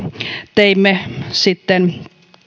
teimme sitten